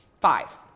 Five